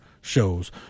shows